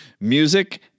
Music